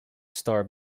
star